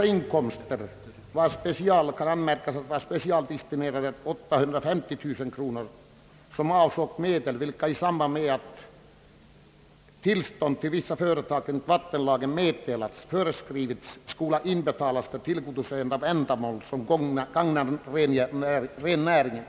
Av inkomsterna har 850 000 kronor specialdestinerats för att, i samband med att tillstånd meddelas till vissa företag enligt vattenlagen, användas för ändamål som gagnar rennäringen.